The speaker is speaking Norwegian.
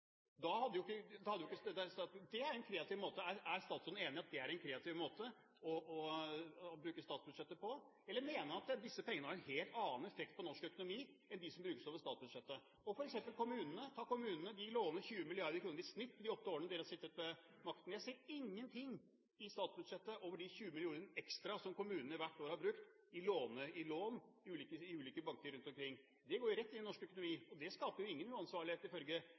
Da hadde det vært hundrevis av milliarder som hadde gått utenfor, gjennom hvitvasking av oljepenger, rett over til statlige selskaper eller via andre måter, f.eks. Petoro, som er nevnt tidligere i dag. Det er en kreativ måte. Er statsråden enig i at det er en kreativ måte å bruke statsbudsjettet på? Eller mener han at disse pengene har en helt annen effekt på norsk økonomi enn dem som brukes over statsbudsjettet? Ta kommunene som eksempel. De har årlig lånt i snitt 20 mrd. kr i de åtte årene regjeringen har sittet ved makten. Jeg ser ingenting i statsbudsjettet om de 20 mrd. kr ekstra som kommunene hvert år har brukt i lån fra ulike banker rundt omkring. De går rett